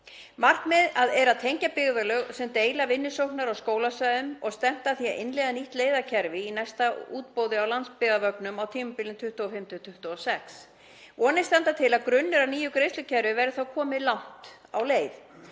Markmiðið er að tengja byggðarlög sem deila vinnusóknar- og skólasvæðum og stefnt að því að innleiða nýtt leiðakerfi í næsta útboði á landsbyggðarvögnum á tímabilinu 2025–2026. Vonir standa til að grunnur að nýju greiðslukerfi verði þá kominn langt á leið.